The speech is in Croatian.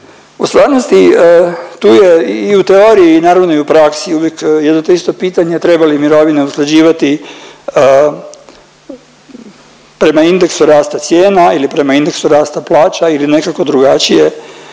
u stvarnosti tu je i u teoriji naravno i u praksi uvijek jedno te isto pitanje, treba li mirovine usklađivati prema indeksu rasta cijena ili prema indeksu rasta plaća ili nekako drugačije,